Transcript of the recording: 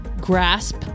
grasp